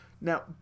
Now